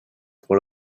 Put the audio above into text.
pour